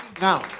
Now